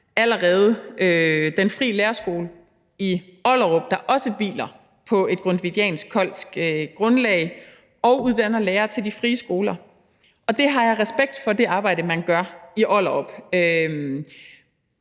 allerede har Den frie Lærerskole i Ollerup, der også hviler på et grundtvigiansk-koldsk grundlag og uddanner lærere til de frie skoler. Og det arbejde, man gør i Ollerup,